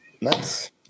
Nice